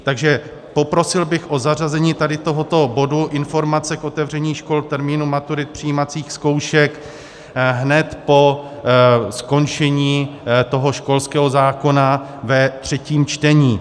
Takže poprosil bych o zařazení tohoto bodu Informace k otevření škol, termínu maturit, přijímacích zkoušek hned po skončení toho školského zákona ve třetím čtení.